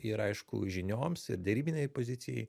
ir aišku žinioms ir derybinei pozicijai